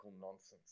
nonsense